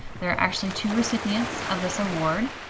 there are actually two recipients of this award.